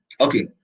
okay